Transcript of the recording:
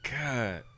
God